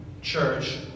church